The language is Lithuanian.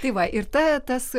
tai va ir ta tas